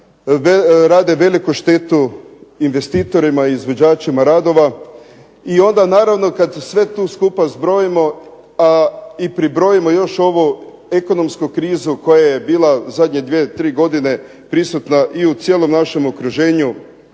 rade veliku štetu investitorima i izvođačima radova, i onda naravno kad sve tu skupa zbrojimo i pribrojimo još ovu ekonomsku krizu koja je bila zadnje dvije, tri godine prisutna i u cijelom našem okruženju